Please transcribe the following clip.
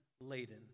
laden